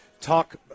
talk